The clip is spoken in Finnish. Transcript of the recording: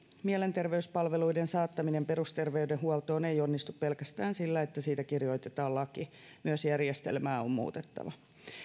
mielenterveyspalveluiden saattaminen perusterveydenhuoltoon ei onnistu pelkästään sillä että siitä kirjoitetaan laki myös järjestelmää on muutettava